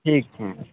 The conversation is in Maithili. ठीक छै